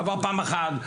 עבר פעם אחת,